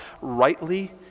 rightly